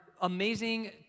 amazing